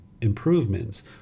improvements